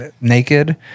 naked